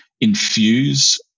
infuse